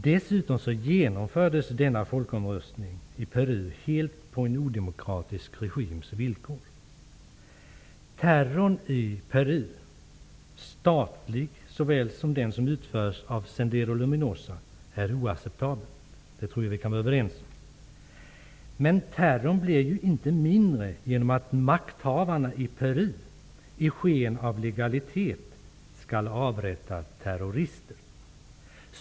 Dessutom genomfördes denna folkomröstning i Peru helt på en odemokratisk regims villkor. Terrorn i Peru -- den statliga såväl som den som utförs av Sendero Luminoso -- är oacceptabel. Det tror jag att vi kan vara överens om. Men terrorn blir inte mindre genom att makthavarna i Peru i sken av legalitet skall avrätta terrorister.